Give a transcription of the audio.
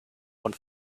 one